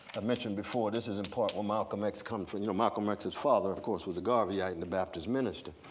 mentioned before, this is the and part where malcolm x come from. you know malcolm x's father of course was a garveyite and a baptist minister.